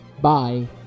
Bye